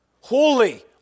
Holy